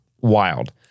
wild